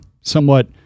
somewhat